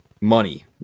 money